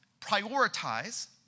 prioritize